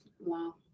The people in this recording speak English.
Wow